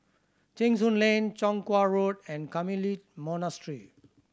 Cheng Soon Lane Chong Kuo Road and Carmelite Monastery